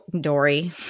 Dory